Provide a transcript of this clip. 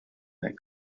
that